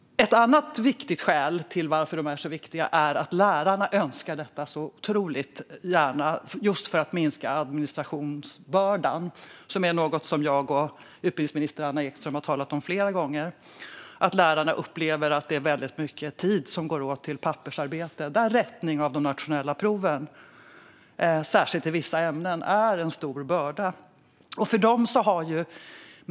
Ett andra viktigt skäl är att lärarna önskar detta otroligt mycket just för att det minskar administrationsbördan. Det är något som jag och utbildningsminister Anna Ekström har talat om flera gånger. Lärarna upplever att väldigt mycket tid går åt till pappersarbete. Rättning av de nationella proven, särskilt i vissa ämnen, är en stor börda.